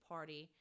Party